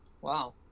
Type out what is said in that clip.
Wow